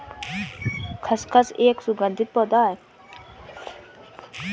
खसखस एक सुगंधित पौधा है